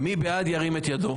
מי בעד, ירים את ידו.